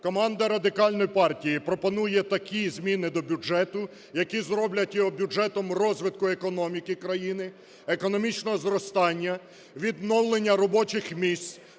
Команда Радикальної партії пропонує такі зміни до бюджету, які зроблять його бюджетом розвитку економіки країни, економічного зростання, відновлення робочих місць,